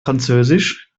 französisch